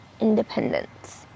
independence